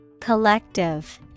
Collective